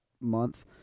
month